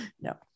No